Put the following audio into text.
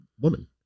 woman